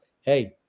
Hey